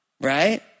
Right